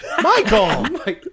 Michael